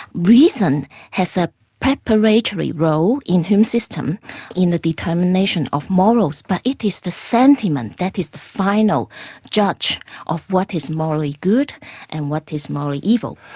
reason has a preparatory role le in hume's system in the determination of morals, but it is the sentiment that is the final judge of what is morally good and what is morally evil.